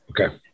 Okay